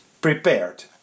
prepared